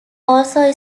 also